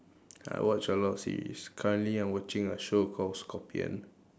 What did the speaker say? I watch a lot of series currently I'm watching a show called scorpion